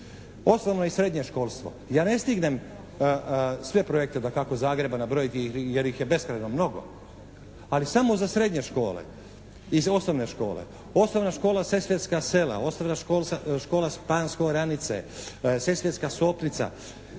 Osnovno i srednje školstvo. Ja ne stignem sve projekte dakako Zagreba nabrojiti jer ih je beskrajno mnogo. Ali samo za srednje škole i osnovne škole. Osnovna škola “Sesvetska sela“, osnovna škola “Špansko“, “Oranice“, “Sesvetska Sopnica“.